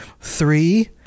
Three